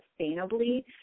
sustainably